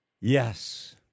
Yes